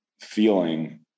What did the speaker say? feeling